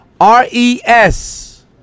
R-E-S